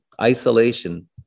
isolation